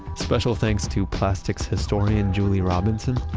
special thanks to plastics historian julie robinson.